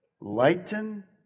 Lighten